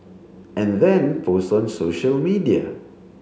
and then post on social media